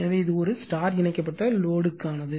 எனவே இது ஒரு ஸ்டார் இணைக்கப்பட்ட லோடுக்கானது